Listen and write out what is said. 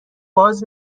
باز